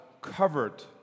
covered